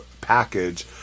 package